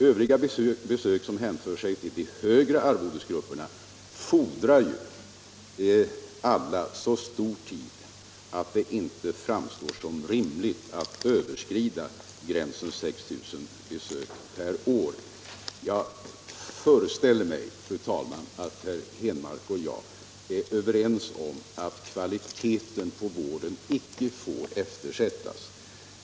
Övriga besök som hänför sig till de högre arvodesgrupperna fordrar alla så mycket tid att det inte framstår som rimligt att överskrida gränsen 6 000 besök per år. Jag föreställer mig, fru talman, att herr Henmark och jag är överens om att kvaliteten på vården inte får eftersättas.